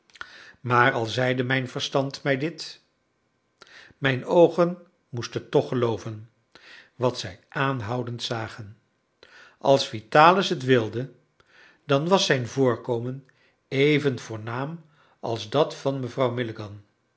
maar al zeide mijn verstand mij dit mijn oogen moesten toch gelooven wat zij aanhoudend zagen als vitalis het wilde dan was zijn voorkomen even voornaam als dat van mevrouw